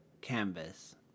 canvas